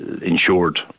insured